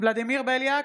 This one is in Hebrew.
ולדימיר בליאק,